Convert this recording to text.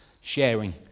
Sharing